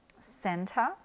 center